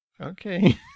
Okay